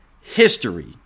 history